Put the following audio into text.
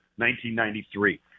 1993